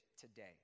today